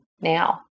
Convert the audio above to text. now